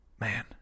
man